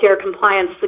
compliance